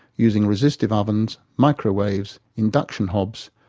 using resistive ovens, microwaves, induction hobs,